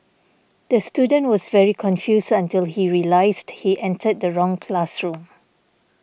the student was very confused until he realised he entered the wrong classroom